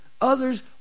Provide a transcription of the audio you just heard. others